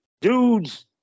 dudes